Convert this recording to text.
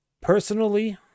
Personally